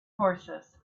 horses